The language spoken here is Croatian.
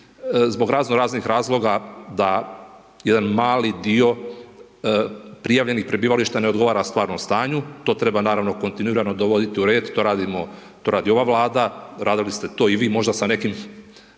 zbog razno raznih razloga da jedan mali dio prijavljenih prebivališta ne odgovara stvarnom stanju, to treba naravno kontinuirano dovoditi u red, to radimo, to radi ova Vlada, radili ste to i vi možda sa nekim